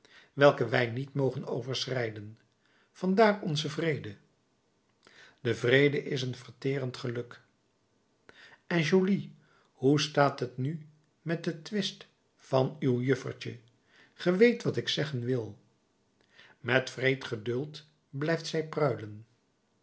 welke wij niet mogen overschrijden vandaar onze vrede de vrede is een verterend geluk en jolly hoe staat het nu met den twist van uw juffertje ge weet wat ik zeggen wil met wreed geduld blijft zij pruilen